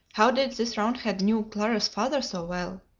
how did this roundhead know clara's father so well?